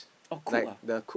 oh cook ah